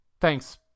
thanks